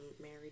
married